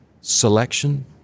selection